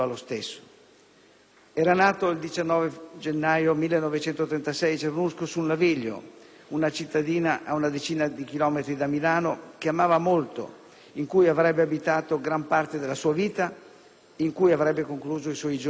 Era nato il 19 gennaio 1936 a Cernusco sul Naviglio, una cittadina a una decina di chilometri da Milano, che amava molto, in cui avrebbe abitato gran parte della sua vita, in cui avrebbe concluso i suoi giorni terreni.